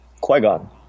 Qui-Gon